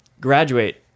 graduate